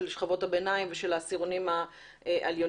של שכבות הביניים ושל העשירונים העליונים.